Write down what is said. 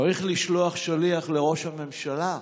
צריך לשלוח שליח לראש הממשלה,